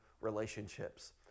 relationships